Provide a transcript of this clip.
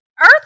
earth